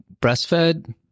breastfed